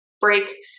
break